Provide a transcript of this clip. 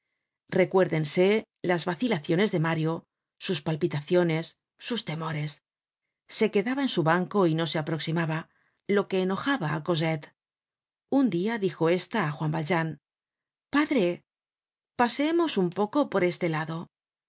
recuérdense las vacilaciones de mario sus palpitaciones sus temores se quedaba en su banco y no se aproximaba lo que enojaba á cosette un dia dijo ésta á juan valjean padre paseemos un poco por este lado